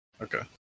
Okay